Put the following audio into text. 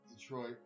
Detroit